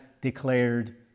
declared